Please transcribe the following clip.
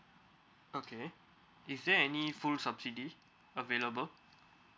okay is there any full subsidies available